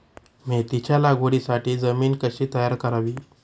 मेथीच्या लागवडीसाठी जमीन कशी तयार करावी?